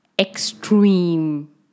extreme